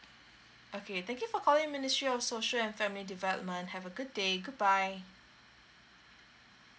okay thank you for calling ministry of social and family development have a good day goodbye